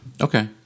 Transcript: Okay